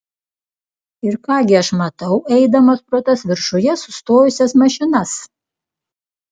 ir ką gi aš matau eidamas pro tas viršuje sustojusias mašinas